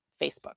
Facebook